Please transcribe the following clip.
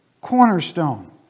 cornerstone